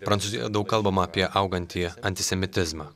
prancūzijoje daug kalbama apie augantį antisemitizmą